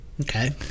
okay